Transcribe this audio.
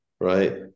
right